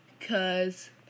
Cause